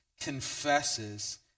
confesses